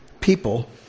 people